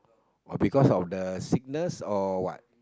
or because of the sickness or what